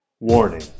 Warning